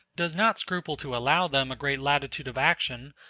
does not scruple to allow them a great latitude of action,